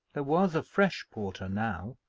there was a fresh porter now,